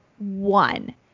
one